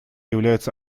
является